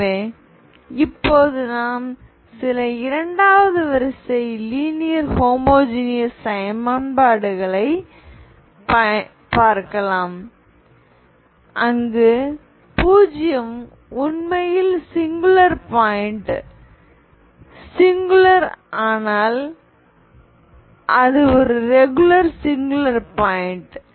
எனவே இப்போது நாம் சில இரண்டாம் வரிசை லீனியர் ஹோமோஜீனியஸ் சமன்பாடுகளைப் பார்க்கலாம் அங்கு 0 உண்மையில் சிங்குலர் பாயிண்ட் சிங்குலர் ஆனால் அது ஒரு ரெகுலர் சிங்குலர் பாயிண்ட்